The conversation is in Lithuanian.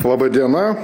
laba diena